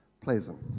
pleasant